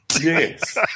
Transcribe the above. Yes